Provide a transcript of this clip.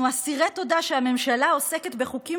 אנחנו אסירי תודה שהממשלה עוסקת בחוקים